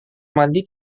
mandi